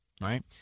right